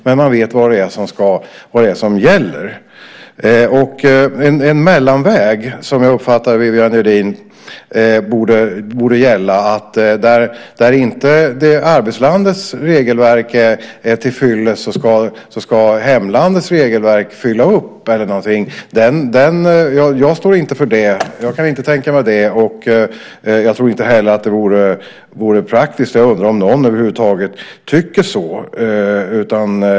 Såsom jag uppfattar Viviann Gerdin borde en mellanväg gälla, nämligen att om inte arbetslandets regelverk är tillfyllest så ska hemlandets regelverk fylla upp. Någonting sådant. Jag står inte för det. Jag kan inte tänka mig det, och jag tror inte heller att det vore praktiskt. Jag undrar om någon över huvud taget tycker det.